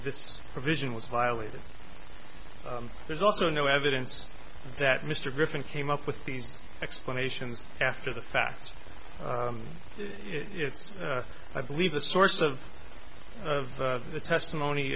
this provision was violated there's also no evidence that mr griffin came up with these explanations after the fact it's i believe the source of of the testimony